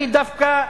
אני דווקא,